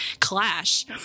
clash